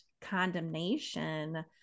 condemnation